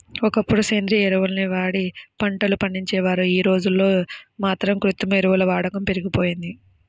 ఒకప్పుడు సేంద్రియ ఎరువుల్ని వాడి పంటలు పండించేవారు, యీ రోజుల్లో మాత్రం కృత్రిమ ఎరువుల వాడకం పెరిగిపోయింది